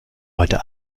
heute